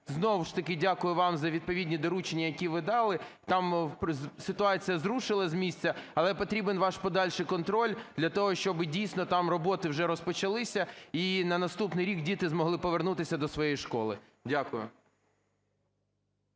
Знову ж таки, дякую вам за відповідні доручення, які ви далі. Там ситуація зрушила з місця, але потрібен ваш подальший контроль для того, щоби дійсно там роботи вже розпочалися і на наступний рік діти змогли повернутися до своєї школи. Дякую.